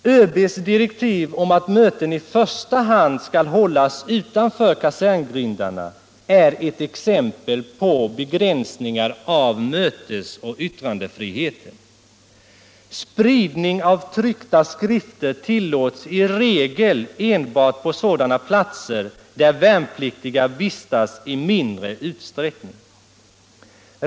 ÖB:s direktiv om att möten i första hand skall hållas utanför kaserngrindarna är ett exempel på begränsningar av mötesoch yttrandefriheten. Spridning av tryckta skrifter tillåts i regel enbart på sådana platser där värnpliktiga vistas i mindre utsträckning.